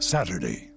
Saturday